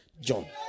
john